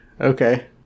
Okay